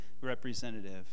representative